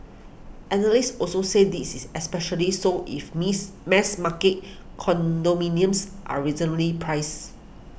analysts also said this is especially so if miss mass market condominiums are reasonably priced